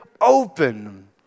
open